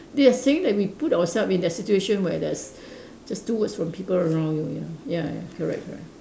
they are saying that we put ourself in that situation where there's there's two words from people around you ya ya ya correct correct